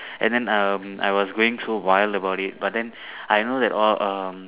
and then um I was going too wild about it but then I know that all um